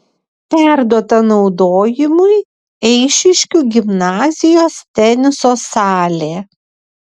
perduota naudojimui eišiškių gimnazijos teniso salė